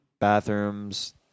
bathrooms